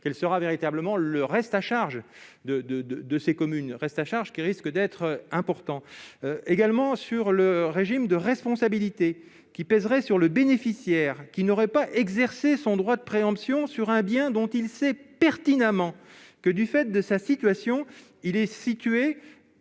Quel sera véritablement le reste à charge de ces communes ? Il risque d'être important. Pour ce qui concerne le régime de responsabilité, il pèserait sur le bénéficiaire qui n'aurait pas exercé son droit de préemption sur un bien dont il sait pertinemment que, du fait de sa situation, il est situé